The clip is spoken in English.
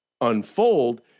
unfold